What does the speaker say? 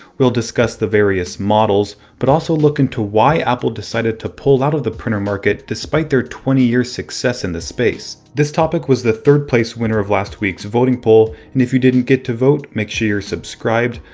we'll discuss the various models, but also look into why apple decided to pull out of the printer market despite their twenty-year success in the space. this topic was the third place winner of last weeks voting poll and if you didn't get to vote, make sure you're subscribed,